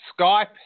Skype